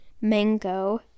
Mango